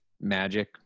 magic